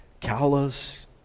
Callous